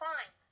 Fine